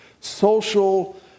social